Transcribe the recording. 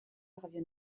revient